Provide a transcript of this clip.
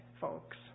folks